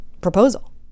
proposal